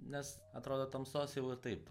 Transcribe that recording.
nes atrodo tamsos jau ir taip